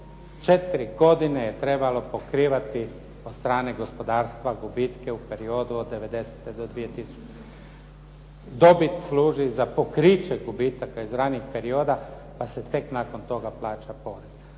4 godine je trebalo pokrivati od strane gospodarstva u periodu od '90. do 2000. Dobit služi za pokriće gubitaka iz ranijeg perioda, pa se tek nakon toga plaća porez.